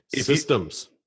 Systems